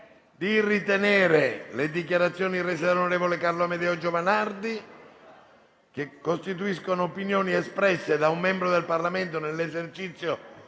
Grazie,